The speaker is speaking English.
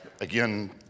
Again